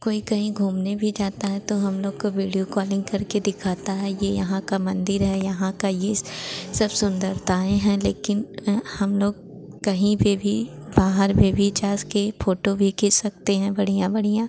कोई कहीं घूमने भी जाता है तो हम लोग को बीडियो कॉलिंग करके दिखाता है यह यहाँ का मन्दिर है यहाँ का यह सब सुन्दरताएँ हैं लेकिन हम लोग कहीं पर भी बाहर में भी जाकर फोटो भी खींच सकते हैं बढ़िया बढ़िया